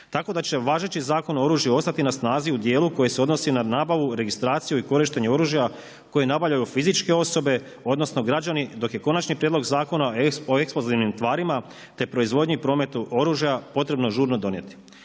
tako da će važeći zakon o oružju ostati na snazi u djelu koji se odnosi na nabavi, registraciju i korištenje oružja koje nabavljaju fizičke osobe odnosno građani, dok je Konačni prijedlog Zakona o eksplozivnim tvarima te proizvodnji i prometu oružja potrebno žurno donijeti.